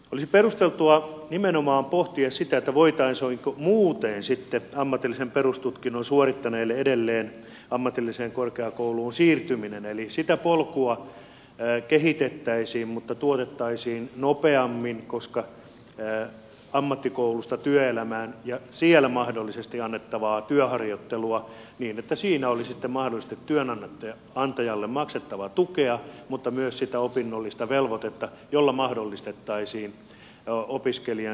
olisi perusteltua nimenomaan pohtia sitä voitaisiinko muuten sitten ammatillisen perustutkinnon suorittaneille mahdollistaa edelleen ammatilliseen korkeakouluun siirtyminen eli sitä polkua kehitettäisiin mutta tuotettaisiin nopeammin siirtymistä ammattikoulusta työelämään ja siellä mahdollisesti annettavaa työharjoittelua niin että siinä olisi sitten mahdollisesti työnantajalle maksettavaa tukea mutta myös sitä opinnollista velvoitetta jolla mahdollistettaisiin opiskelijan siirtyminen sitten ammattikorkeakouluun